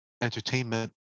entertainment